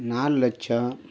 நாலு லட்சம்